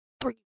three